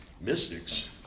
mystics